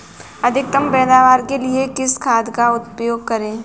अधिकतम पैदावार के लिए किस खाद का उपयोग करें?